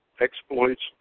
Exploits